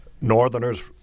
northerners